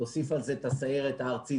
תוסיף על זה את הסיירת הארצית,